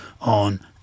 on